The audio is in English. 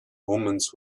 omens